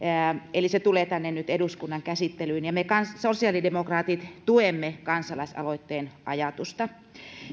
eli se tulee nyt tänne eduskunnan käsittelyyn ja me sosiaalidemokraatit tuemme kansalaisaloitteen ajatusta